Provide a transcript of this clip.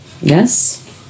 Yes